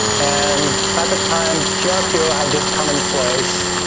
and at the time, trpo had just come in place.